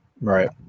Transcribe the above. Right